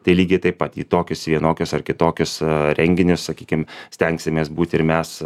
tai lygiai taip pat į tokius vienokius ar kitokius renginius sakykim stengsimės būti ir mes